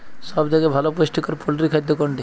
সব থেকে ভালো পুষ্টিকর পোল্ট্রী খাদ্য কোনটি?